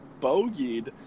bogeyed